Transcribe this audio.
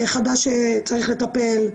חדש שצריך לטפל.